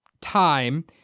time